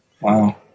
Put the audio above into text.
Wow